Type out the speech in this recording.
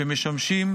שמשמשים